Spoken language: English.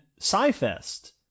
SciFest